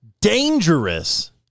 dangerous